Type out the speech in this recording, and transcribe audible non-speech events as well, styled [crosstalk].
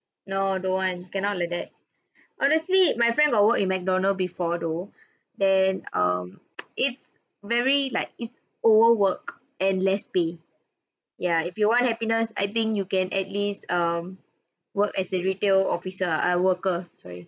no don't want cannot like that honestly my friend got work in mcdonald before though then um [noise] it's very like it's overwork and less pay ya if you want happiness I think you can at least um work as a retail officer uh worker sorry